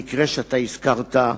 המקרה שהזכרת,